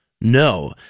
no